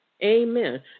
Amen